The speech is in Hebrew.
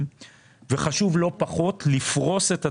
וחשוב לא פחות לפרוס את התשלומים,